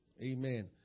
Amen